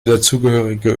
dazugehörige